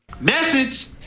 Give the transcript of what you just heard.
Message